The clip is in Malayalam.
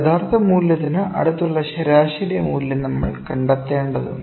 യഥാർത്ഥ മൂല്യത്തിന് അടുത്തുള്ള ശരാശരി മൂല്യം നമ്മൾ കണ്ടെത്തേണ്ടതുണ്ട്